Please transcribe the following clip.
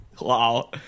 Wow